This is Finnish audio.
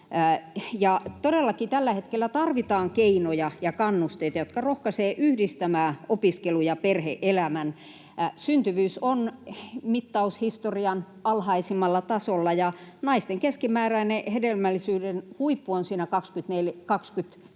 tällä hetkellä tarvitaan keinoja ja kannusteita, jotka rohkaisevat yhdistämään opiskelun ja perhe-elämän. Syntyvyys on mittaushistorian alhaisimmalla tasolla ja naisten keskimääräinen hedelmällisyyden huippu on siinä 20—24